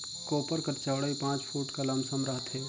कोपर कर चउड़ई पाँच फुट कर लमसम रहथे